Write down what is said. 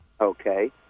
Okay